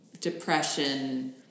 depression